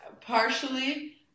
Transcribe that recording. partially